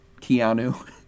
Keanu